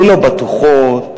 ללא בטוחות,